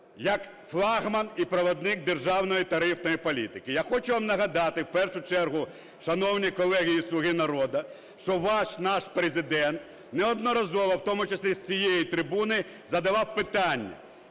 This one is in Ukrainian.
як флагман і провідник державної тарифної політики? Я хочу вам нагадати в першу чергу, шановні колеги із "Слуги народу", що ваш, наш Президент неодноразово, в тому числі з цієї трибуни, задавав питання